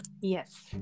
yes